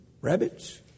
rabbits